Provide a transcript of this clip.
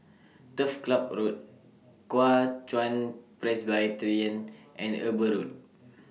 Turf Ciub Road Kuo Chuan Presbyterian and Eber Road